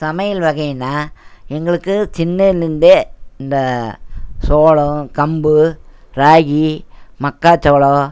சமையல் வகையினா எங்களுக்கு சின்னதுலேருந்தே இந்த சோளம் கம்பு ராகி மக்காச்சோளம்